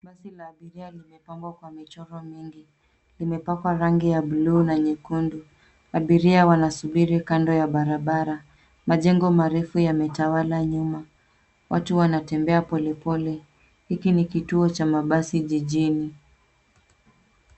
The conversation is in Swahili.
Basi la abiria limepambwa kwa michoro mingi. Imepakwa rangi ya buluu na nyekundu. Abiria wanasuburi kando ya barabara. Majengo marefu yametawala nyuma. Watu wanatembea pole pole. Hiki ni kituo cha mabasi jijini.